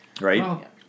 Right